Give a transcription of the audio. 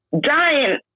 dying